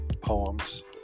poems